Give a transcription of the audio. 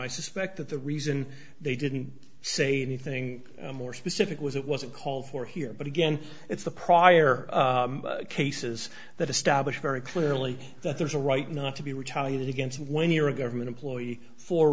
i suspect that the reason they didn't say anything more specific was it wasn't called for here but again it's the prior cases that establish very clearly that there's a right not to be retaliated against when you're a government employee for